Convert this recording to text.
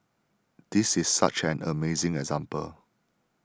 this is such an amazing example